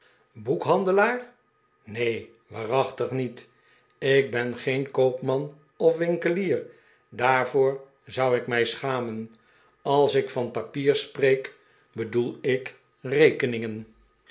boekhandelaar neen waarachtig niet ik ben geen koopman of winkelier daarvoor zou ik mij schamen alsik van papier spreek bedoel ik rekeningen